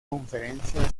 conferencia